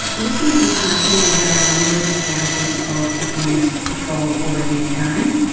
looking internationally there are a number of examples of autonomous patrol already occurring.